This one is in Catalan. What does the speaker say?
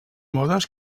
modes